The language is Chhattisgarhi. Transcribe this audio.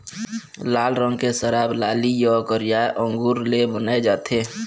लाल रंग के शराब लाली य करिया अंगुर ले बनाए जाथे